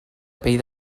pell